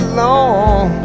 long